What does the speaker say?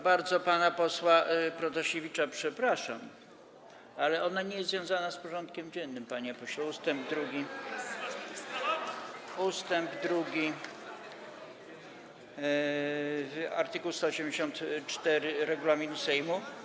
Bardzo pana posła Protasiewicza przepraszam, ale ona nie jest związana z porządkiem dziennym, panie pośle, chodzi o ust. 2 art. 184 regulaminu Sejmu.